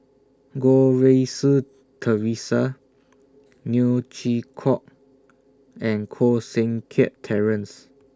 Goh Rui Si Theresa Neo Chwee Kok and Koh Seng Kiat Terence